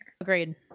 Agreed